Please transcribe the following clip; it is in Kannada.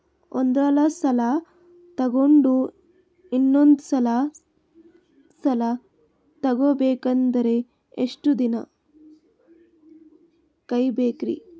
ಒಂದ್ಸಲ ಸಾಲ ತಗೊಂಡು ಇನ್ನೊಂದ್ ಸಲ ಸಾಲ ತಗೊಬೇಕಂದ್ರೆ ಎಷ್ಟ್ ದಿನ ಕಾಯ್ಬೇಕ್ರಿ?